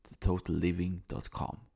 thetotalliving.com